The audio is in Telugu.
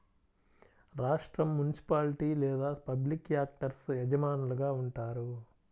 రాష్ట్రం, మునిసిపాలిటీ లేదా పబ్లిక్ యాక్టర్స్ యజమానులుగా ఉంటారు